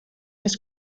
his